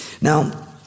Now